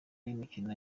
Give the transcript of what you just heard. y’imikino